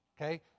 Okay